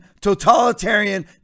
totalitarian